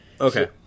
okay